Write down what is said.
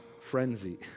frenzy